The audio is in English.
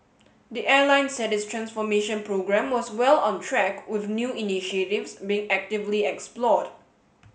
the airline said its transformation programme was well on track with new initiatives being actively explored